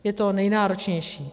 Je to nejnáročnější.